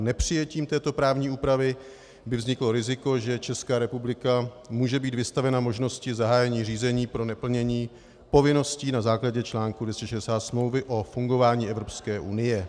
Nepřijetím této právní úpravy by vzniklo riziko, že Česká republika může být vystavena možnosti zahájení řízení pro neplnění povinností na základě článku 260 Smlouvy o fungování Evropské unie.